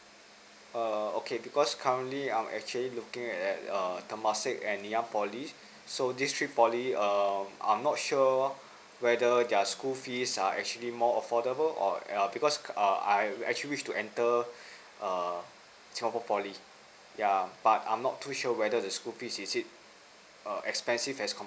uh okay because currently I'm actually looking at err temasek and nanyang poly so this three poly um I'm not sure whether their school fees are actually more affordable or um because err I actually wish to enter err singapore poly yeah but I'm not too sure whether the school fees is it err expensive as